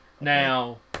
Now